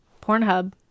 Pornhub